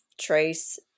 trace